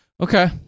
Okay